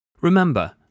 Remember